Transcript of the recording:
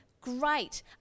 Great